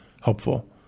helpful